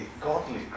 godly